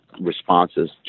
responses